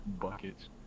buckets